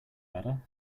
better